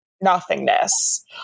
nothingness